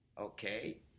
Okay